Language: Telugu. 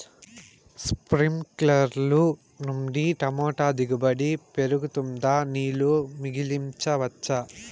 స్ప్రింక్లర్లు నుండి టమోటా దిగుబడి పెరుగుతుందా? నీళ్లు మిగిలించవచ్చా?